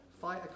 Fight